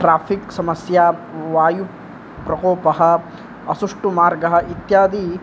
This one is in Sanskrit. ट्राफ़िक् समस्या वायुप्रकोपः असुष्टुमार्गः इत्यादि